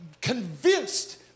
convinced